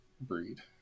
breed